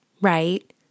right